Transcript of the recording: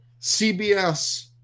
CBS